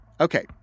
Okay